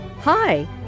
Hi